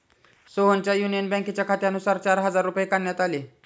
सोहनच्या युनियन बँकेच्या खात्यातून चार हजार रुपये काढण्यात आले